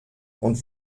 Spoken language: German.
und